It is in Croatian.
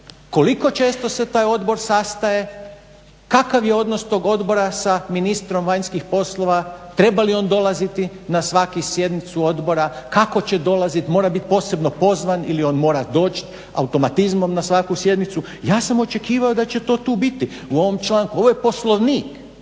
koliko često se taj odbor sastaje, kakav je odnos tog odbora sa ministrom vanjskih poslova, treba li on dolaziti na svaku sjednicu odbora, kako će dolaziti, mora li biti posebno pozvan ili on mora doći automatizmom na svaku sjednicu. Ja sam očekivao da će to tu biti u ovom članku. Ovo je Poslovnik.